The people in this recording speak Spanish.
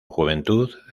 juventud